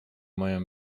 mają